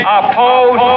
oppose